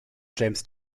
james